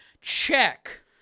check